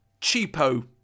cheapo